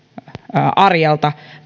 arjelta